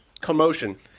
Commotion